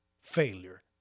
failure